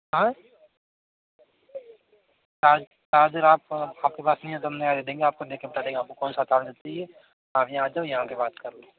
हाँ चार चार्जर आपके पास नहीं है तो आपको आपके पास नहीं है तो हम नया दे देंगे नया का बता देगा आपको कौन सा चार्जर चाहिए आप यहाँ आ जाओ यहाँ आकर बात कर लो